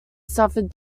suffered